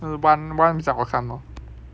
one one 比较好看 ge lor